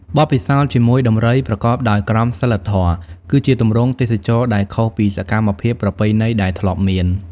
បទពិសោធន៍ជាមួយដំរីប្រកបដោយក្រមសីលធម៌ គឺជាទម្រង់ទេសចរណ៍ដែលខុសពីសកម្មភាពប្រពៃណីដែលធ្លាប់មាន។